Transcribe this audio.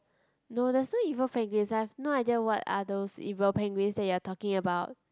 no there's no evil penguins I've no idea what are those evil penguins that you are talking about